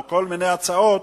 או אל מיני הצעות,